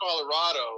Colorado